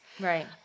Right